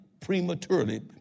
prematurely